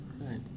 Right